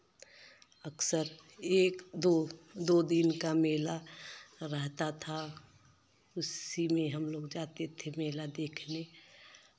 अक्सर एक दो दो दिन का मेला रहता था उसी में हम लोग जाते थे मेला देखने